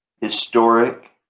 historic